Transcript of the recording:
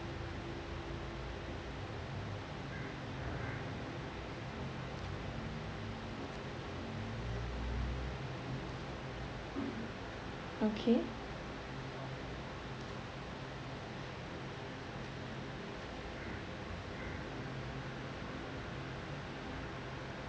okay